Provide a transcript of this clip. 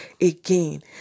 again